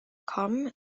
combe